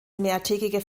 mehrtägige